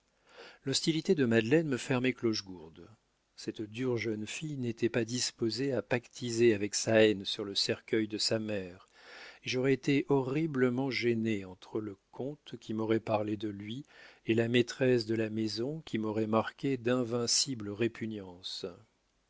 l'hostilité de madeleine me fermait clochegourde cette dure jeune fille n'était pas disposée à pactiser avec sa haine sur le cercueil de sa mère et j'aurais été horriblement gêné entre le comte qui m'aurait parlé de lui et la maîtresse de la maison qui m'aurait marqué d'invincibles répugnances